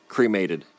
cremated